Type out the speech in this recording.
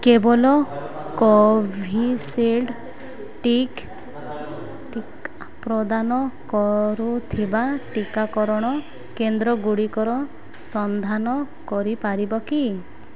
କେବଲ Covishield ଟିକ ଟିକା ପ୍ରଦାନ କରୁଥିବା ଟିକାକରଣ କେନ୍ଦ୍ରଗୁଡ଼ିକର ସନ୍ଧାନ କରିପାରିବ କି